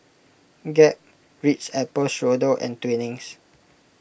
Gap Ritz Apple Strudel and Twinings